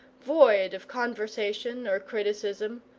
void of conversation or criticism,